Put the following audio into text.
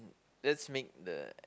that's make the